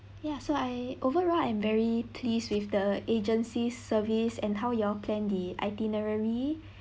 ya so I overall I'm very pleased with the agency service and how you all plan the itinerary